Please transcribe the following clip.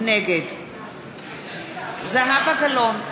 נגד זהבה גלאון,